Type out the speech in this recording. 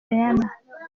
diana